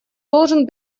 должен